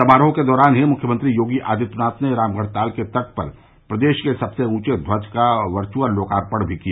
समारोह के दौरान ही मुख्यमंत्री योगी आदित्यनाथ ने रामगढ ताल के तट पर प्रदेश के सबसे ऊंचे राष्ट्रीय ध्वज का वर्चुअल लोकार्पण भी किया